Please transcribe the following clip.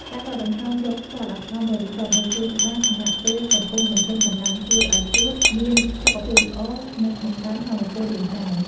ការដកដង្ហើមយកខ្យល់អាកាសបរិសុទ្ធនៅសួនច្បារខណៈពេលកំពុងបញ្ចេញកម្លាំងជួយឱ្យសួតមានសុខភាពល្អ និងបង្កើនថាមពលរាងកាយ។